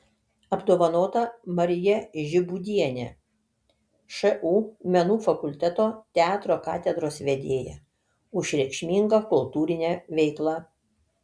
apdovanota marija žibūdienė šu menų fakulteto teatro katedros vedėja už reikšmingą kultūrinę veiklą